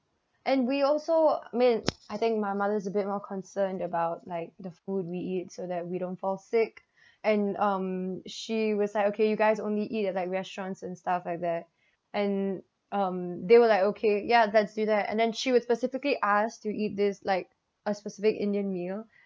and we also I mean I think my mother's a bit more concerned about like the food we eat so that we don't fall sick and um she was like okay you guys only eat at like restaurants and stuff like that and um they will like okay ya let's do that and then she would specifically ask to eat this like a specific indian meal